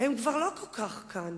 הם כבר לא כל כך כאן.